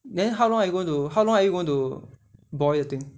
then how long are you going to how long are you going to to boil the thing